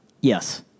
Yes